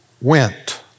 went